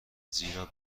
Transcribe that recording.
زیرا